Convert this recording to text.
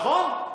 נכון.